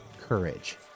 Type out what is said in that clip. courage